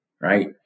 right